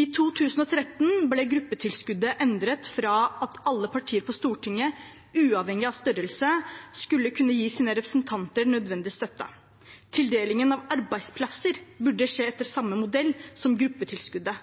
I 2013 ble gruppetilskuddet endret fra at alle partier på Stortinget, uavhengig av størrelse, skulle kunne gi sine representanter nødvendig støtte. Tildelingen av arbeidsplasser burde skje etter samme modell som gruppetilskuddet.